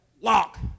lock